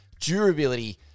durability